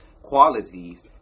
qualities